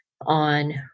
on